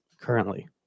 currently